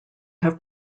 have